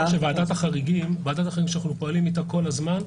ועדת החריגים, שאנחנו פועלים איתה כל הזמן,